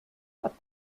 hat